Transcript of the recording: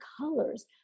colors